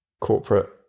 corporate